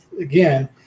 again